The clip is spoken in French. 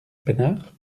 peinards